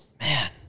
man